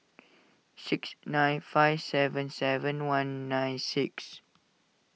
six nine five seven seven one nine six